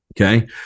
Okay